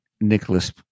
Nicholas